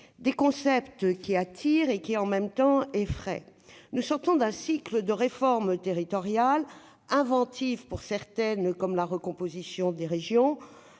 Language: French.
Les concepts en débat attirent et effraient en même temps. Nous sortons d'un cycle de réformes territoriales inventives pour certaines, comme la recomposition des régions,